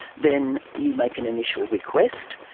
then you make an initial request.